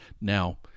Now